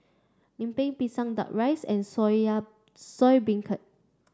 Lemper Pisang duck rice and Soya Beancurd